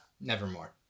Nevermore